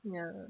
ya